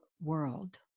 world